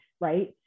right